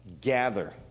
gather